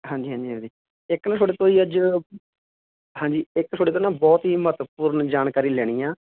ਹਾਂਜੀ ਹਾਂਜੀ ਹਾਂਜੀ ਇੱਕ ਨਾ ਤੁਹਾਡੇ ਤੋਂ ਜੀ ਅੱਜ ਹਾਂਜੀ ਇੱਕ ਤੁਹਾਡੇ ਤੋਂ ਨਾ ਬਹੁਤ ਹੀ ਮਹੱਤਵਪੂਰਨ ਜਾਣਕਾਰੀ ਲੈਣੀ ਆ